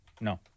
No